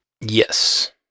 yes